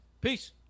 Peace